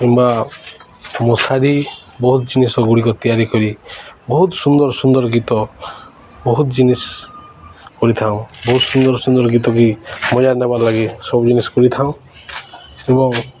କିମ୍ବା ମଶାରୀ ବହୁତ ଜିନିଷ ଗୁଡ଼ିକ ତିଆରି କରି ବହୁତ ସୁନ୍ଦର ସୁନ୍ଦର ଗୀତ ବହୁତ ଜିନିଷ୍ କରିଥାଉ ବହୁତ ସୁନ୍ଦର ସୁନ୍ଦର ଗୀତକେ ମଜା ନେବାର୍ ଲାଗି ସବୁ ଜିନିଷ୍ କରିଥାଉଁ ଏବଂ